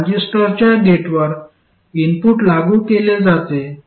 ट्रांझिस्टरच्या गेटवर इनपुट लागू केले जाते